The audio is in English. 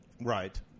Right